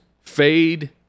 fade